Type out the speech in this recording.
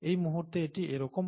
এই মুহূর্তে এটি এরকম